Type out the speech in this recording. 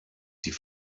die